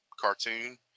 cartoon